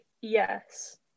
yes